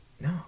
No